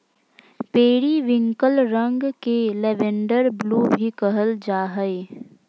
periwinkle रंग के lavender blue भी कहल जा हइ